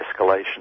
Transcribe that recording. escalation